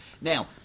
Now